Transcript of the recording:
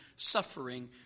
suffering